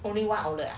only one outlet ah